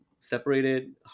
separated